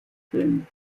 film